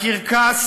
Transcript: הקרקס